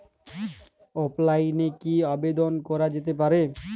অফলাইনে কি আবেদন করা যেতে পারে?